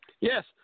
Yes